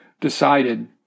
decided